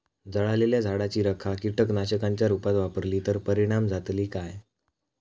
जळालेल्या झाडाची रखा कीटकनाशकांच्या रुपात वापरली तर परिणाम जातली काय?